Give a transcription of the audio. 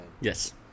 Yes